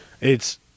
it's-